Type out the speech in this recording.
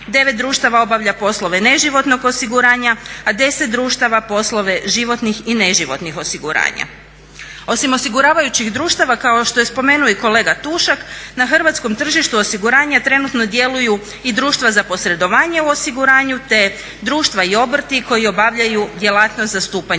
9 društava obavlja poslove ne životnog osiguranja a 10 društava poslove životnih i ne životnih osiguranja. Osim osiguravajućih društava kao što je spomenuo i kolega Tušak, na hrvatskom tržištu osiguranja trenutno djeluju i društva za posredovanje u osiguranju te društva i obrti koji obavljaju djelatnost zastupanja